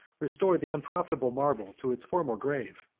restored the unprofitable marble to its former grave.